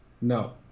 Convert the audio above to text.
no